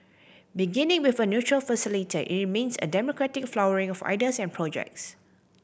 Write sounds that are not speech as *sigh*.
beginning with a neutral *unintelligible* it remains a democratic flowering of ideas and projects